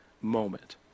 moment